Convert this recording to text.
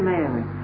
Mary